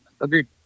Agreed